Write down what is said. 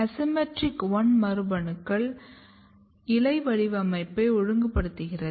ASYMMETRIC1 மரபணுக்கள் இலை வடிவமைப்பை ஒழுங்குபடுத்துகிறது